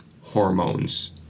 hormones